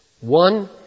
One